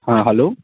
ہاں ہلو